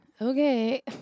Okay